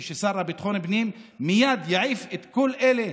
ושהשר לביטחון פנים מייד יעיף את כל אלה,